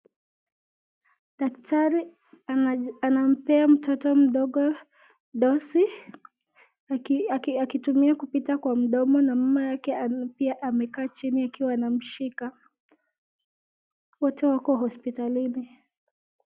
Daktari anampea mtoto mdogo dosi akitumia kupita kwa mdomo na mama yake pia amekaa chini akiwa anamshika, wote wako hospitalini.